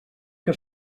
que